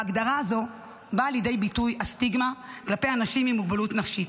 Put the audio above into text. בהגדרה הזו באה לידי ביטוי הסטיגמה כלפי אנשים עם מוגבלות נפשית,